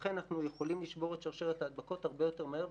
ולכן אנחנו יכולים לשבור את שרשרת ההדבקות הרבה יותר מהר,